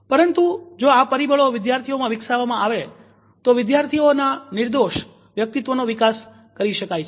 પરંતુ જો આ પરિબળો વિદ્યાર્થીઓમાં વિકસાવવામાં આવે તો વિદ્યાર્થીઓ ના નિર્દોષ વ્યક્તિત્વનો વિકાસ કરી શકાય છે